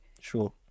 Sure